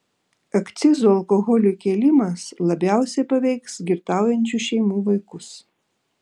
akcizų alkoholiui kėlimas labiausiai paveiks girtaujančių šeimų vaikus